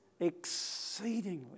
exceedingly